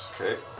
Okay